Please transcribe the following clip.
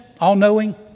all-knowing